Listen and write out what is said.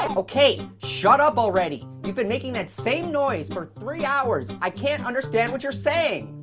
okay, shut up already. you've been making that same noise for three hours. i can't understand what you're saying.